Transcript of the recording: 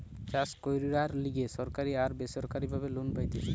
চাষ কইরার লিগে সরকারি আর বেসরকারি ভাবে লোন পাইতেছি